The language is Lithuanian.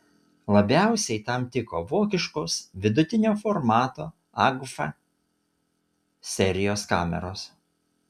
labiausiai tam tiko vokiškos vidutinio formato agfa serijos kameros